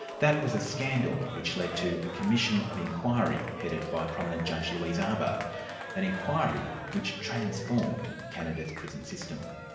that was a scandal which led to a commission of inquiry headed by prominent judge louise arbour, an inquiry which transformed canada's prison system.